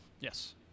Yes